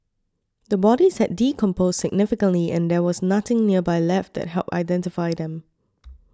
the bodies had decomposed significantly and there was nothing nearby left that helped identify them